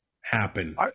happen